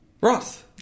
Ross